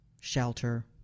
shelter